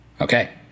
Okay